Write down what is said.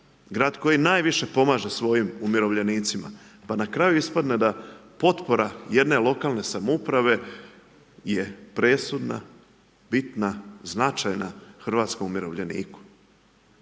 Grad koji najviše pomaže svojim umirovljenicima. Pa na kraju ispadne da potpora jedne lokalne samouprave je presudna, bitna, značajna hrvatskom umirovljeniku.